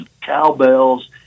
cowbells